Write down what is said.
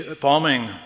bombing